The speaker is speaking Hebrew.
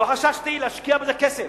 לא חששתי להשקיע בזה כסף.